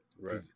Right